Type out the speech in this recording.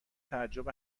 تعجب